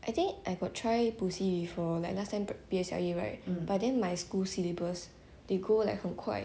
I think I got try 补习 before but like last time P_S_L_E right but then my school syllabus they go like 很快